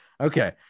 Okay